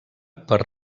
per